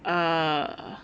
uh